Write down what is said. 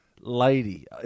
lady